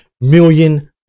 million